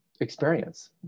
experience